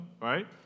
right